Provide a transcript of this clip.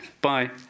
Bye